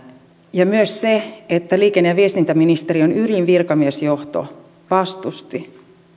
ja myös se että liikenne ja viestintäministeriön ylin virkamiesjohto vastusti